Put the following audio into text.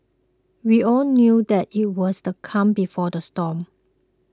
we all knew that it was the calm before the storm